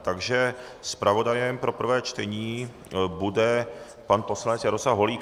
Takže zpravodajem pro prvé čtení bude pan poslanec Jaroslav Holík.